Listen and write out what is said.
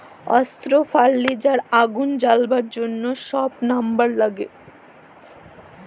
অস্ত্র, ফার্লিচার, আগুল জ্বালাবার জ্যনহ ছব লাম্বার ল্যাগে